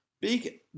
Big